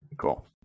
Cool